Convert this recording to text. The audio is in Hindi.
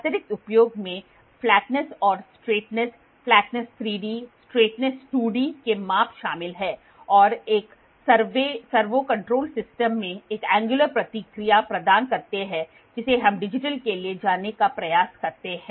अतिरिक्त उपयोग में फ्लैटनेस और straightness flatness 3D straightness 2 D के माप शामिल हैं और एक सर्वो नियंत्रित प्रणाली में एक एंगयुलर प्रतिक्रिया प्रदान करते हैं जिसे हम डिजिटल के लिए जाने का प्रयास करते हैं